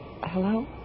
Hello